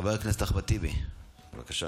חבר הכנסת אחמד טיבי, בבקשה.